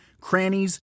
crannies